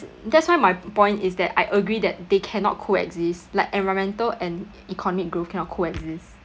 that's why my point is that I agree that they cannot co-exist like environmental and economic growth cannot co-exist